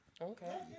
Okay